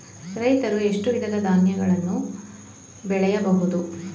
ರೈತರು ಎಷ್ಟು ವಿಧದ ಧಾನ್ಯಗಳನ್ನು ಬೆಳೆಯಬಹುದು?